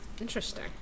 Interesting